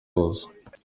hose